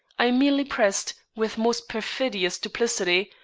i merely pressed, with most perfidious duplicity,